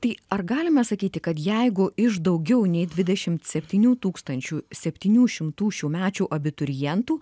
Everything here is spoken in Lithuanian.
tai ar galima sakyti kad jeigu iš daugiau nei dvidešimt septynių tūkstačių septynių šimtų šiųmečių abiturientų